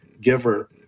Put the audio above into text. giver